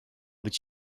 być